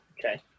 Okay